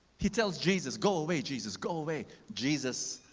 he tells jesus, go away, jesus! go away! jesus,